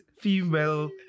female